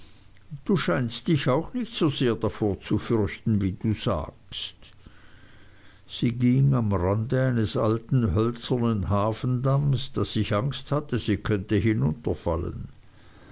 du scheinst dich auch nicht so sehr davor zu fürchten wie du sagst sie ging so nahe am rande eines alten hölzeren hafendamms daß ich angst hatte sie könnte